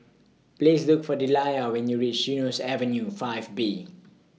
Please Look For Delia when YOU REACH Eunos Avenue five B